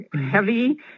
heavy